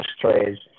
trades